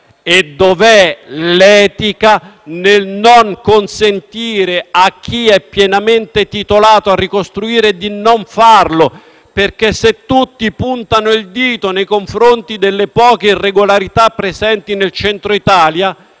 E dov’è l’etica nel non consentire, a chi è pienamente titolato a ricostruire, di farlo? Se tutti puntano il dito nei confronti delle poche irregolarità presenti nel Centro Italia,